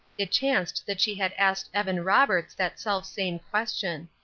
it chanced that she had asked evan roberts that self-same question.